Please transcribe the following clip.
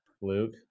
Luke